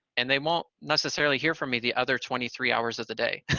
and they won't necessarily hear from me the other twenty three hours of the day,